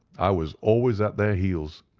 i was always at their heels.